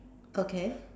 okay